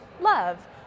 love